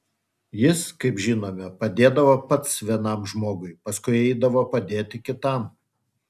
jis kaip žinome padėdavo pats vienam žmogui paskui eidavo padėti kitam